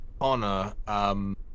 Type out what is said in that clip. Honor